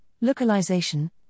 localization